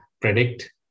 predict